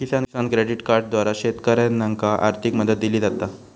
किसान credit कार्डद्वारा शेतकऱ्यांनाका आर्थिक मदत दिली जाता